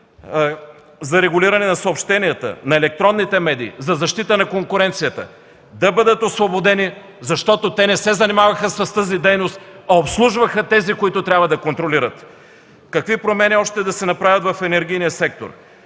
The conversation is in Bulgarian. за регулиране на съобщенията; на електронните медии; за защита на конкуренцията, да бъдат освободени, защото те не се занимаваха с тази дейност, а обслужваха тези, които трябва да контролират. Какви промени още да се направят в енергийния сектор?